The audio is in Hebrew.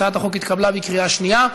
הצעת החוק התקבלה בקריאה שנייה,